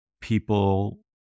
people